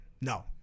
No